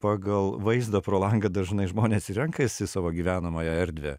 pagal vaizdą pro langą dažnai žmonės ir renkasi savo gyvenamąją erdvę